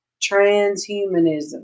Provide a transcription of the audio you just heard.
Transhumanism